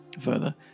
Further